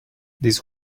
this